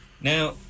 Now